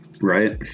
right